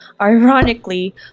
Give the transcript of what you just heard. ironically